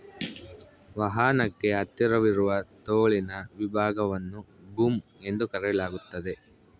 ವಾಹನಕ್ಕೆ ಹತ್ತಿರವಿರುವ ತೋಳಿನ ವಿಭಾಗವನ್ನು ಬೂಮ್ ಎಂದು ಕರೆಯಲಾಗ್ತತೆ